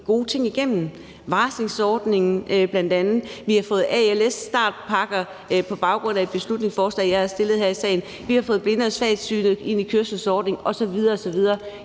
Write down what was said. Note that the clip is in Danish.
gode ting igennem – varslingsordningen bl.a. Vi har fået als-startpakker på baggrund af et beslutningsforslag, jeg havde fremsat her i salen. Vi har fået blinde og svagsynede ind i kørselsordningen osv. osv.